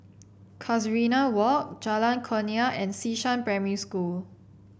Casuarina Walk Jalan Kurnia and Xishan Primary School